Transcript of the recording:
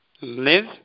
live